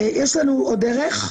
יש לנו עוד דרך,